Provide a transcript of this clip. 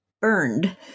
burned